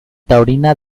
taurina